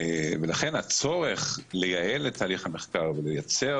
לכן הצורך לייעל את תהליך המחקר ולייצר